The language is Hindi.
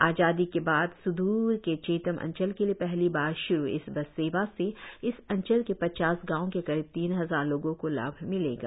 आजादी के बाद स्दूर के चेतम अंचल के लिए पहली बार श्रु इस बस सेवा से इस अंचल के पचास गांवों के करीब तीन हजार लोगों को लाभ मिलेगा